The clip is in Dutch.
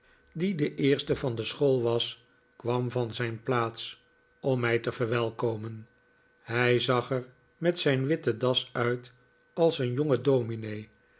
die de eerste van de school was kwam van zijn plaats om mij te verwelkomen hij zag er met zijn witte das uit als een